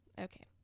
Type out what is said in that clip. Okay